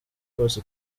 kose